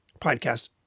podcast